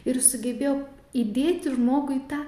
ir sugebėjo įdėti žmogui tą